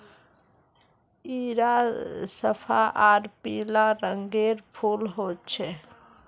इरा सफ्फा आर पीला रंगेर फूल होचे